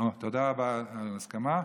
אני מסכים, תודה רבה על ההסכמה.